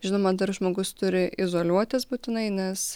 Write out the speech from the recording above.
žinoma dar žmogus turi izoliuotis būtinai nes